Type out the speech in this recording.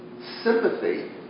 sympathy